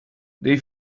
they